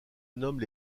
nomment